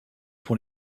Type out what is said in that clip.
pour